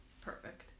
Perfect